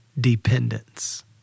dependence